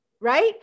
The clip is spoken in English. right